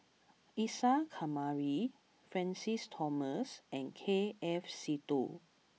Isa Kamari Francis Thomas and K F Seetoh